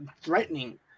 threatening